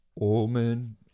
Omen